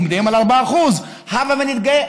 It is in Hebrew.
עומדים על 4%. הבה נברך,